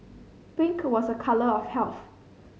pink was a colour of health